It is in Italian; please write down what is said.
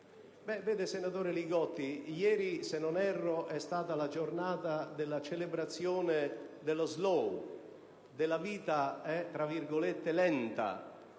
Vede, senatore Li Gotti, ieri, se non erro, è stata la giornata della celebrazione dello *slow*, della vita "lenta",